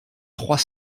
trois